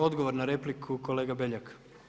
Odgovor na repliku kolega Beljak.